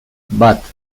bat